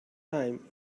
time